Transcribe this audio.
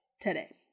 today